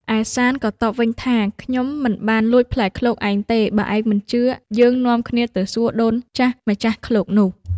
ឯសាន្តក៏តបវិញថា “ខ្ញុំមិនបានលួចផ្លែឃ្លោកឯងទេ! បើឯងមិនជឿ យើងនាំគ្នាទៅសួរ ដូនចាស់ម្ចាស់ឃ្លោកនោះ”។